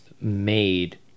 made